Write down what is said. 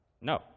No